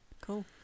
Cool